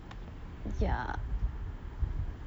ya